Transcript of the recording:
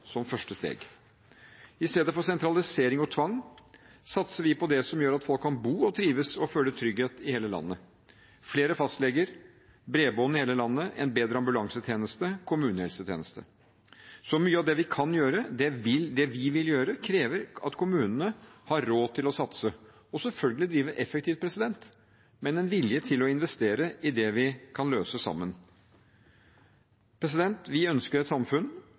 som første steg. I stedet for sentralisering og tvang satser vi på det som gjør at folk kan bo og trives og føle trygghet i hele landet – flere fastleger, bredbånd i hele landet, en bedre ambulansetjeneste og kommunehelsetjeneste. Så mye av det vi kan gjøre, det vi vil gjøre, krever at kommunene har råd til å satse og selvfølgelig drive effektivt, med en vilje til å investere i det vi kan løse sammen. Vi ønsker et samfunn